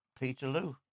Peterloo